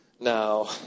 now